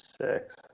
Six